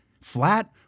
flat